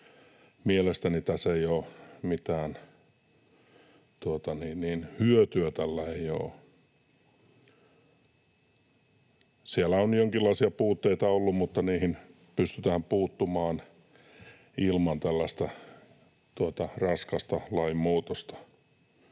Mielestäni tästä ei ole mitään hyötyä. Siellä on jonkinlaisia puutteita ollut, mutta niihin pystytään puuttumaan ilman tällaista raskasta lainmuutosta.